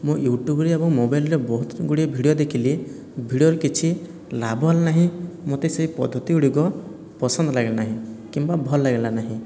ମୁଁ ୟୁଟ୍ୟୁବରେ ଏବଂ ମୋବାଇଲରେ ବହୁତ ଗୁଡ଼ିଏ ଭିଡ଼ିଓ ଦେଖିଲି ଭିଡ଼ିଓରେ କିଛି ଲାଭ ହେଲା ନାହିଁ ମୋତେ ସେ ପଦ୍ଧତି ଗୁଡ଼ିକ ପସନ୍ଦ ଲାଗେ ନାହିଁ କିମ୍ବା ଭଲ ଲାଗିଲା ନାହିଁ